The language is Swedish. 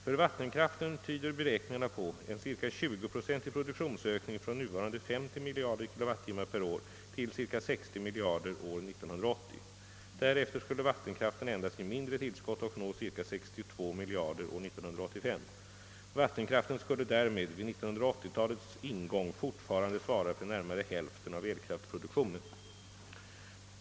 För vattenkraften tyder beräkningarna på en ca tjugoprocentig produktionsökning från nuvarande ca 50 miljarder kilowattimmar per år till ca 60 miljarder år 1980. Därefter skulle vattenkraften endast ge mindre tillskott och nå ca 62 miljarder år 1985. Vattenkraften skulle därmed vid 1980-talets ingång fortfarande svara för närmare hälften av elkraftproduktionen.